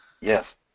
Yes